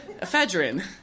Ephedrine